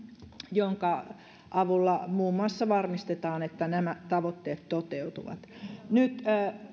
jonka avulla muun muassa varmistetaan että nämä tavoitteet toteutuvat nyt